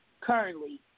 currently